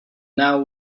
now